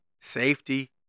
safety